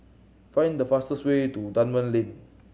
find the fastest way to Dunman Lane